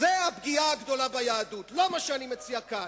זאת הפגיעה הגדולה ביהדות, לא מה שאני מציע כאן.